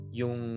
yung